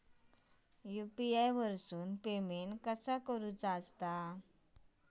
UPI वरून payment कसा करूचा?